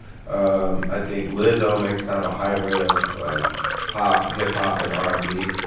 um i think lizzo makes kind of a hybrid of of pop, hip-hop and r and b.